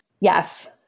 Yes